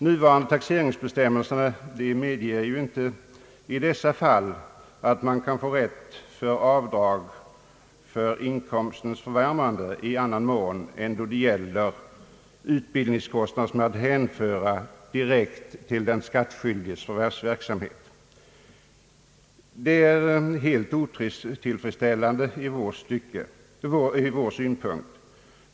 Nuvarande taxeringsbestämmelser medger inte i dessa fall rätt till avdrag för inkomstens förvärvande i annan mån än då det gäller utbildningskostnad som är att hänföra direkt till den skattskyldiges förvärvsverksamhet. Detta är helt otillfredsställande, ur vår synpunkt.